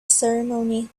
ceremony